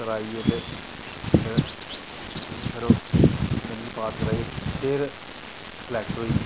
कराइयै ते फिर जानि के पास कराईयै फिर स्लैक्ट होईया